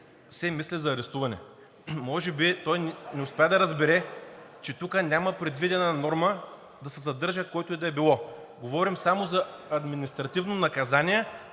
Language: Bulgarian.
все мисли за арестуване. Може би той не успя да разбере, че тук няма предвидена норма да се задържа който и да било. Говорим само за административно наказание